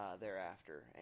thereafter